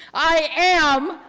i am.